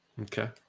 Okay